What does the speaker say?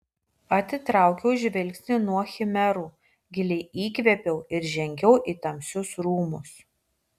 atitraukiau žvilgsnį nuo chimerų giliai įkvėpiau ir žengiau į tamsius rūmus